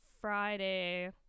Friday